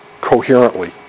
coherently